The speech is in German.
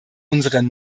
unsere